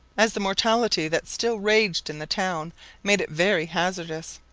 as the mortality that still raged in the town made it very hazardous.